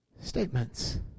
statements